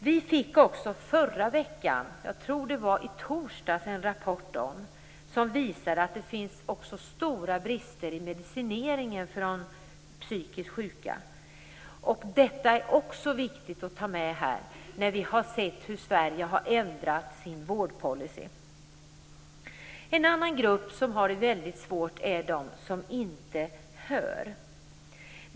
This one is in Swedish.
Vi fick förra veckan - jag tror det var i torsdags - en rapport som visar att det också finns stora brister i medicineringen för de psykiskt sjuka. Det är också viktigt att ta med när vi ser hur Sverige har ändrat sin vårdpolicy. En annan grupp som har det väldigt svårt är de som inte hör.